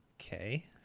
Okay